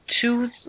choose